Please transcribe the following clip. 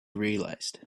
realized